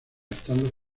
estando